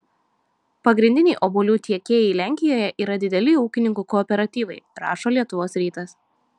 pagrindiniai obuolių tiekėjai lenkijoje yra dideli ūkininkų kooperatyvai rašo lietuvos rytas